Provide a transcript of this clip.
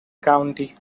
county